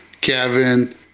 Kevin